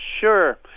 Sure